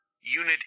Unit